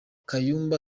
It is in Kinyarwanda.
kayumba